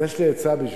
אז יש לי עצה בשבילך.